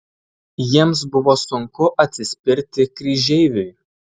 jiems buvo sunku atsispirti kryžeiviui